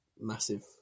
massive